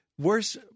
Worse